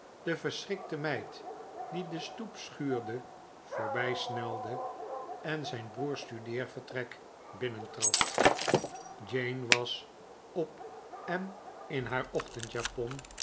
de verschrikte meid die de stoep schuurde voorbijsnelde p p en zijn broers studeervertrek binnentrad jane was op en in haar